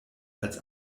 als